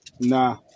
Nah